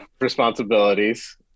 responsibilities